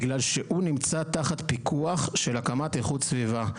בגלל שהוא נמצא תחת פיקוח של הקמת איכות סביבה.